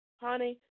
honey